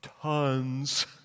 Tons